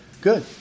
Good